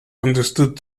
understood